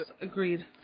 agreed